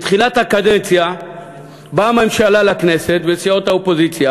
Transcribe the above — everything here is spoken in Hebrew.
בתחילת הקדנציה באה הממשלה לכנסת ולסיעות האופוזיציה